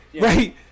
right